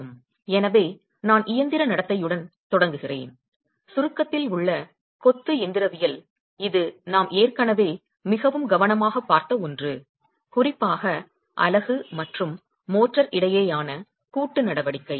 எனவே நான் இயந்திர நடத்தையுடன் தொடங்குகிறேன் சுருக்கத்தில் உள்ள கொத்து எந்திரவியல் இது நாம் ஏற்கனவே மிகவும் கவனமாகப் பார்த்த ஒன்று குறிப்பாக அலகு மற்றும் மோர்டார் இடையேயான கூட்டு நடவடிக்கை